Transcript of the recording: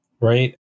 right